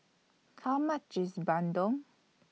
How much IS Bandung